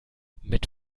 mit